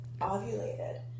ovulated